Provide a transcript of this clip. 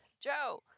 Joe